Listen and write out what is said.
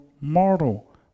mortal